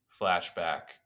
flashback